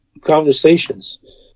conversations